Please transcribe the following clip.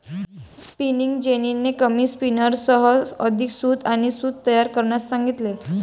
spinning जेनीने कमी स्पिनर्ससह अधिक सूत आणि सूत तयार करण्यास सांगितले